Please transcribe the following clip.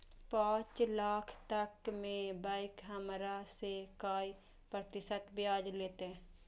पाँच लाख तक में बैंक हमरा से काय प्रतिशत ब्याज लेते?